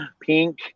pink